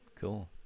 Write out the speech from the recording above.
Cool